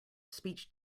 speech